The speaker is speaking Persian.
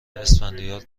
اسفندیار